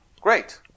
Great